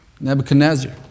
Nebuchadnezzar